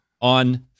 on